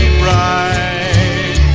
bright